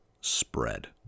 spread